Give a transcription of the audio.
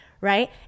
Right